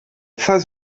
face